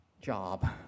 job